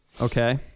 okay